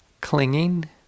Clinging